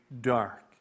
dark